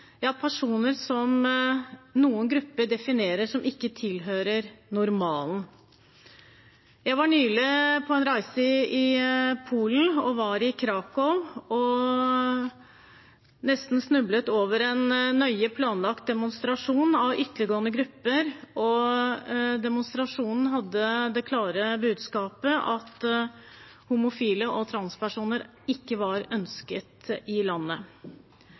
– personer som noen definerer ikke å tilhøre normalen. Jeg var nylig på en reise i Polen, og i Krakow snublet jeg nesten over en demonstrasjon av ytterliggående grupper som var nøye planlagt. Demonstrasjonen hadde det klare budskapet at homofile og transpersoner ikke var ønsket i landet.